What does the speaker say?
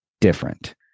different